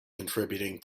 contributing